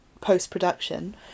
post-production